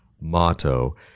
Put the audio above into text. motto